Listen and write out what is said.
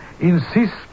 insist